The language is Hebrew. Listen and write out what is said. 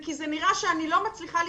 כי זה נראה שאני לא מצליחה להתקדם.